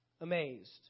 amazed